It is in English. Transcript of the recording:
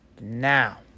now